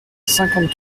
cinquante